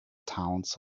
towns